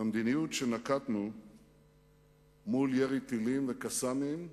המדיניות שנקטנו מול ירי טילים ו"קסאמים"